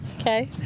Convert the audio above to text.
Okay